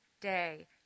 day